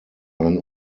ein